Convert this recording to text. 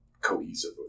cohesive